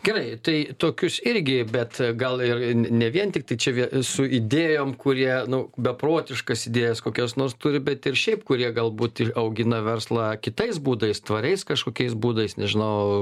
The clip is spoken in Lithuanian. gerai tai tokius irgi bet gal ir ir ne vien tiktai čia vien su idėjom kurie nu beprotiškas idėjas kokias nors turi bet ir šiaip kurie galbūt ir augina verslą kitais būdais tvariais kažkokiais būdais nežinau